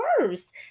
worse